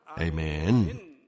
Amen